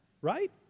right